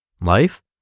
Life